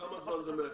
בכמה זמן זה מעכב?